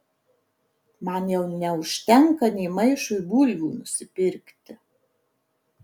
man jau neužtenka nė maišui bulvių nusipirkti